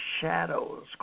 shadows